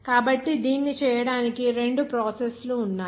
కాబట్టి దీన్ని చేయడానికి రెండు ప్రాసెస్ లు ఉన్నాయి